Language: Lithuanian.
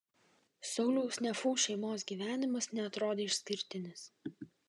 sauliaus nefų šeimos gyvenimas neatrodė išskirtinis